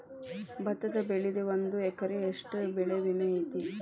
ಭತ್ತದ ಬೆಳಿಗೆ ಒಂದು ಎಕರೆಗೆ ಎಷ್ಟ ಬೆಳೆ ವಿಮೆ ಐತಿ?